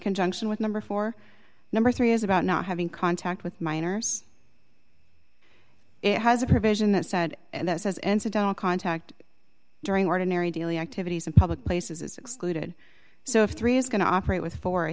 conjunction with number four number three is about not having contact with minors it has a provision that said this is incidental contact during ordinary daily activities in public places is excluded so if three is going to operate with four i